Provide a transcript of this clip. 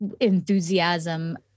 enthusiasm